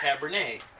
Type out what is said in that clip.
Cabernet